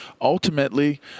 ultimately